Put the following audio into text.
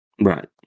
Right